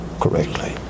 correctly